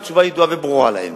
והתשובה ידועה וברורה להם,